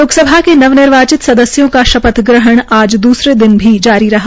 लोकसभा के नव निर्वाचित सदस्यों का शपथ ग्रहण आज द्रसरे दिन भी जारी रहा